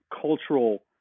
cultural